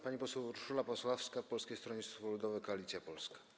Pani poseł Urszula Pasławska, Polskie Stronnictwo Ludowe - Koalicja Polska.